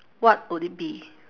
what would it be